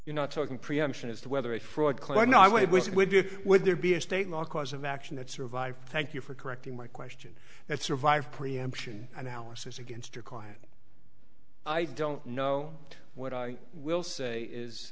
you know talking preemption as to whether a fraud client i would wish it would be would there be a state law cause of action that survive thank you for correcting my question that survive preemption analysis against your client i don't know what i will say is